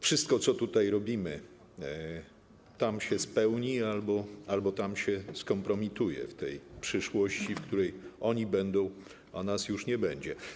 Wszystko, co tutaj robimy, tam się spełni albo tam się skompromituje, w tej przyszłości, w której oni będą, a nas już nie będzie.